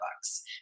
books